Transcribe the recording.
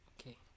Okay